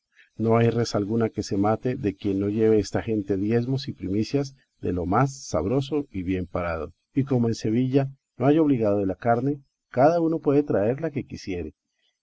no hay res alguna que se mate de quien no lleve esta gente diezmos y primicias de lo más sabroso y bien parado y como en sevilla no hay obligado de la carne cada uno puede traer la que quisiere